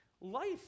Life